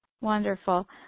Wonderful